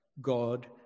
God